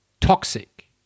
toxic